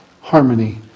harmony